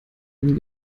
den